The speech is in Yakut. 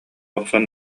охсон